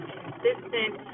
consistent